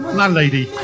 landlady